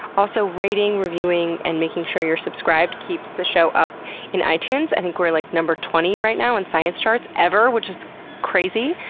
also rating, reviewing and making sure you're subscribed keeps the show up in itunes. i think we're, like, number twenty right now in science charts, ever, which is crazy!